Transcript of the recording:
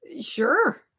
Sure